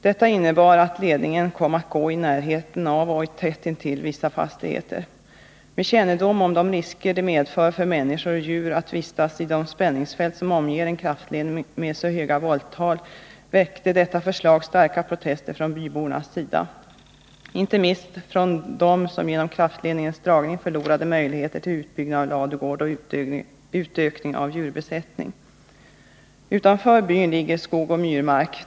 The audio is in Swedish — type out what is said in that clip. Detta innebar att ledningen kom att gå i närheten av och tätt intill vissa fastigheter. På grund av de risker det medför för människor och djur att vistas i de spänningsfält som omger en kraftledning med så höga volttal väckte detta förslag starka protester från bybornas sida — inte minst från dem som genom kraftledningens dragning förlorade möjligheter till utbyggnad av ladugård och utökning av djurbesättning. Utanför byn ligger skogsoch myrmark.